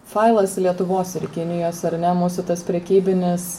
failas lietuvos ir kinijos ar ne mūsų tas prekybinis